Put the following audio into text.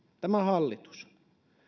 tämä hallitus